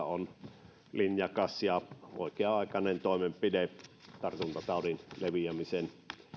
on linjakas ja oikea aikainen toimenpide tartuntataudin leviämisen